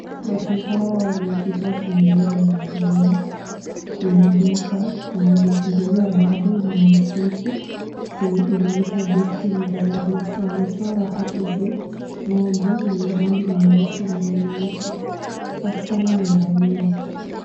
Watu hao wamekuja kununua maziwa kwenye duka yenye imefunguliwa bado na usiku yenye inaitwa destiny dairies . Wamechora hapo juu ngombe mwenye rangi nyeusi na nyeupe. Wasichana ni wawili.